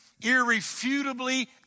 irrefutably